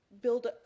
build